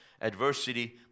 adversity